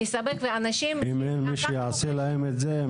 אם אין מי שיעשה להם את זה,